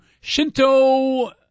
Shinto